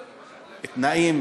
יהיו התנאים,